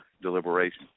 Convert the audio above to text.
deliberation